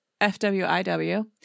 fwiw